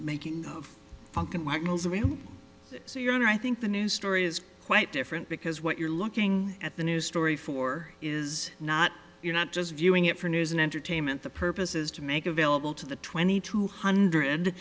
making of funk and wagnalls around it so your honor i think the news story is quite different because what you're looking at the news story for is not you're not just viewing it for news and entertainment the purpose is to make available to the twenty two hundred